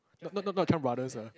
not not not Chan-Brothers ah